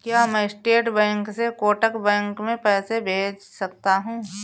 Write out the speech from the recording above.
क्या मैं state bank से कोटक बैंक में पैसे भेज सकता हूँ?